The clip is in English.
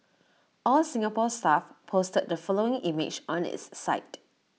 all Singapore Stuff posted the following image on its site